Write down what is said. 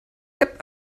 app